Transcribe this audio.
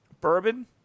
bourbon